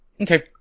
Okay